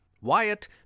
Wyatt